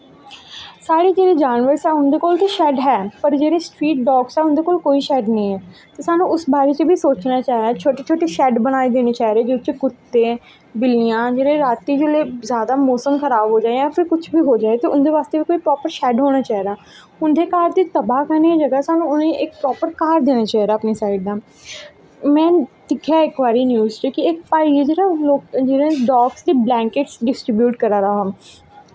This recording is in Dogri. साढ़े कोल जेह्ड़े जानवर ऐं उंदे कोल ते शैड हैन नै पर जेह्ड़े स्ट्रीट डाग्स ऐँ उंदे तुस कोई शैड नी ऐं ते स्हानू उस बारे च बी सोचनां चाही दा छोटे छोटे बना चाही दे जेह्दे च कुत्ते बिल्लियां जेह्ड़े रातीं जादा मौसम खराब ऐ ते कुश बी होई जाए ते उंदे बास्तै बी प्रापर शैड होना चाही दा उंदे घर दी बज़ह् कन्नैं जेह्ड़ा साढ़ा इक प्रापर घऱ देनां चाही दा अपनी साईड दा में दिक्खेआ हा इक बारी इक न्यूज़ च इक भाई जेह्ड़ा डाग्स गी बलैंकेट डिस्ट्रीब्यूट करा दा हा